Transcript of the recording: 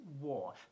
war